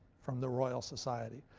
from the royal society.